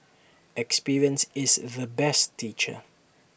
experience is the best teacher